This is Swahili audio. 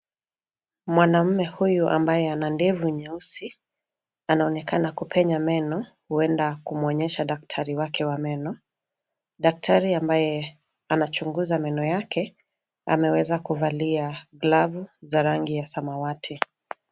Mwanamme huyu ambaye ana ndevu nyeusi anaonekana kupenya meno, huenda kumwonyesha daktari wake wa meno. Daktari ambaye anachunguza meno yake ameweza kuvalia glavu za rangi ya samawati.